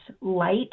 light